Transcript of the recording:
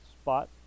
spot